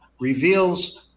reveals